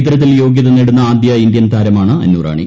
ഇത്തരത്തിൽ യോഗ്യത നേടുന്ന ആദ്യ ഇന്ത്യൻ താരമാണ് അന്നുറാണി